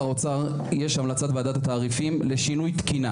את המלצת ועדת התעריפים לשינוי תקינה.